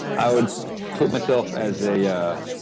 i would put myself as a yeah